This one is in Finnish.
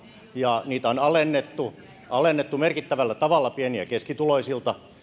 ja maksuja on alennettu alennettu merkittävällä tavalla pieni ja keskituloisilta